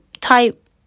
type